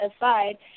aside